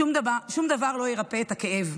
שום דבר לא ירפא את הכאב,